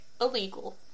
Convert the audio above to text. illegal